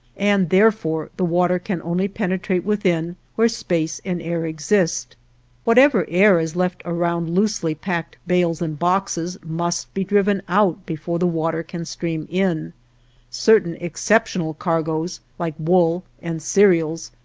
and therefore the water can only penetrate within, where space and air exist whatever air is left around loosely packed bales and boxes must be driven out before the water can stream in certain exceptional cargoes, like wool and cereals,